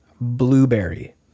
blueberry